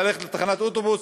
ללכת לתחנת אוטובוס,